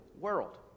world